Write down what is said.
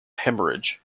hemorrhage